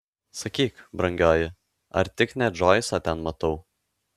sakyk brangioji ar tik ne džoisą ten matau